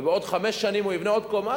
ובעוד חמש שנים הוא יבנה עוד קומה,